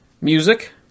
music